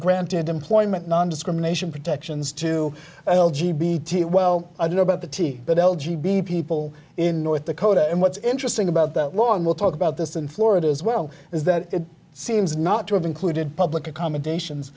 granted employment nondiscrimination protect ns to l g b t well i don't know about the t but l g b people in north dakota and what's interesting about the law and we'll talk about this in florida as well is that it seems not to have included public accommodations